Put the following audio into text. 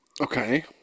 Okay